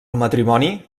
matrimoni